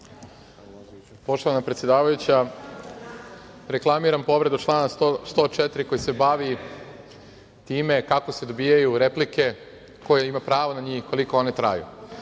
Poštovana predsedavajuća, reklamiram povredu člana 104. koji se bavi time kako se dobijaju replike, ko ima pravo na njih, koliko one traju. Dakle,